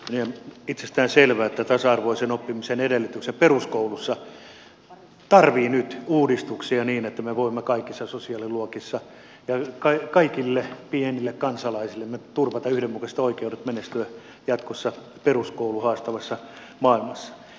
on itsestään selvää että tasa arvoisen oppimisen edellytykset peruskoulussa tarvitsevat nyt uudistuksia niin että me voimme kaikissa sosiaaliluokissa ja kaikille pienille kansalaisillemme turvata yhdenmukaiset oikeudet menestyä jatkossa peruskoulun haastavassa maailmassa